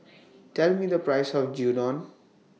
Tell Me The Price of Gyudon